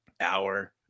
hour